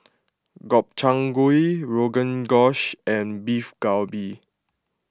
Gobchang Gui Rogan Gosh and Beef Galbi